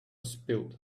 spilled